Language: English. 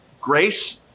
grace